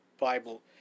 Bible